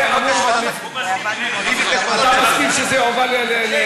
אתה מסכים שזה יועבר לפנים?